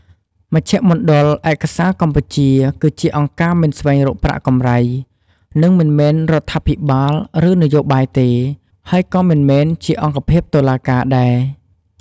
មជ្ឈមណ្ឌលឯកសារកម្ពុជា គឺជាអង្គការមិនស្វែងរកប្រាក់កម្រៃ និង មិនមែនរដ្ឋាភិបាល ឬ នយោបាយទេ ហើយក៏មិនមែនជាអង្គភាពតុលាការដែរ។